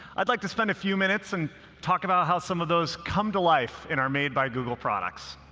i'd like to spend a few minutes and talk about how some of those come to life in our made by google products.